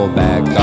back